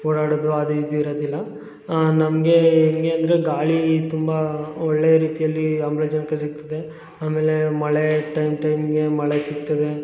ಓಡಾಡೋದು ಅದು ಇದು ಇರೋದಿಲ್ಲ ನಮಗೆ ಹೇಗೆ ಅಂದರೆ ಗಾಳಿ ತುಂಬ ಒಳ್ಳೆಯ ರೀತಿಯಲ್ಲಿ ಆಮ್ಲಜನಕ ಸಿಗ್ತದೆ ಆಮೇಲೆ ಮಳೆ ಟೈಮ್ ಟೈಮ್ಗೆ ಮಳೆ ಸಿಗ್ತದೆ